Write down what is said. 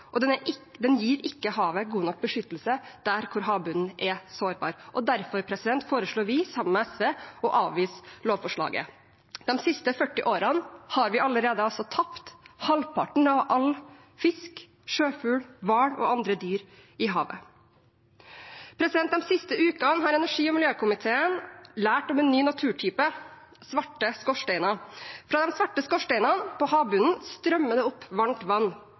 og den gir ikke havet god nok beskyttelse der havbunnen er sårbar. Derfor foreslår vi, sammen med SV, å avvise lovforslaget. De siste 40 årene har vi allerede altså tapt halvparten av all fisk, sjøfugl, hval og andre dyr i havet. De siste ukene har energi- og miljøkomiteen lært om en ny naturtype: svarte skorsteiner. Fra de svarte skorsteinene på havbunnen strømmer det opp varmt vann.